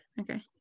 Okay